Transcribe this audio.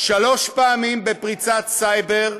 שלוש פעמים בפריצת סייבר,